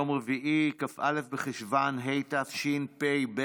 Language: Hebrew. היום יום רביעי, כ"א בחשוון התשפ"ב,